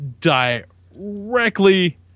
directly